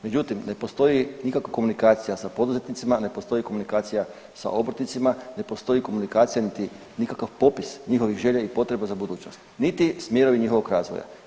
Međutim, ne postoji nikakva komunikacija sa poduzetnicima, ne postoji komunikacija sa obrtnicima, ne postoji komunikacija niti nikakav popis njihovih želja i potreba za budućnost, niti smjerovi njihovog razvoja.